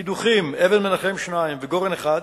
הקידוחים "אבן-מנחם 2" ו"גורן 1"